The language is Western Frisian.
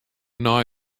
nei